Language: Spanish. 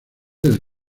del